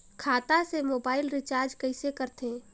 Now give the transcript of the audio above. खाता से mobile recharge कइसे करथे